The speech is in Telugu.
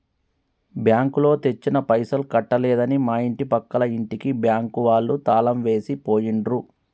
బ్యాంకులో తెచ్చిన పైసలు కట్టలేదని మా ఇంటి పక్కల ఇంటికి బ్యాంకు వాళ్ళు తాళం వేసి పోయిండ్రు